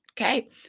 Okay